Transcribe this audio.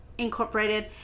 Incorporated